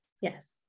Yes